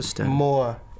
more